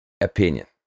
opinion